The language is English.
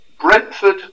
Brentford